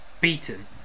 ...beaten